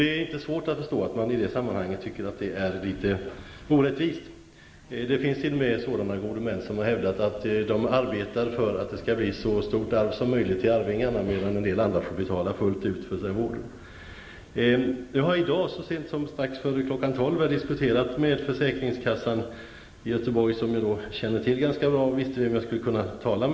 Det är inte svårt att förstå att man i detta sammanhang tycker att det är litet orättvist. Det finns t.o.m. gode män som har hävdat att de arbetar för att det skall bli så stort arv som möjligt till arvingarna, medan en del andra får betala fullt ut för vården. Jag har så sent som strax före kl. 12 i dag diskuterat med en person på försäkringskassan i Göteborg -- jag känner till den ganska bra och vet vem jag skall vända mig till.